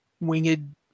winged